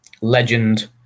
Legend